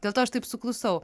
dėl to aš taip suklusau